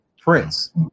Prince